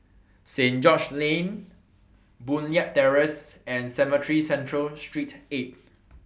Saint George's Lane Boon Leat Terrace and Cemetry Central Saint eight